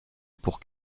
pour